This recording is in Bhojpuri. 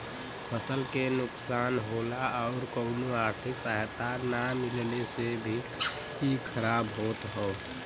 फसल के नुकसान होला आउर कउनो आर्थिक सहायता ना मिलले से भी इ खराब होत हौ